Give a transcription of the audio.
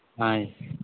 అయి